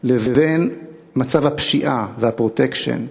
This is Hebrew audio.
לבין מצב הפשיעה וה"פרוטקשן".